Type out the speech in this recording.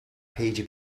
پیجی